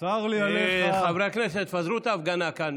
צר לי עליך, חברי הכנסת, פזרו את ההפגנה כאן.